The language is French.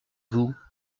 vous